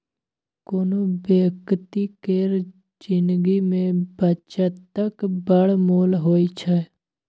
कोनो बेकती केर जिनगी मे बचतक बड़ मोल होइ छै